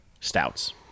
stouts